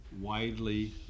widely